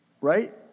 right